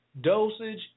dosage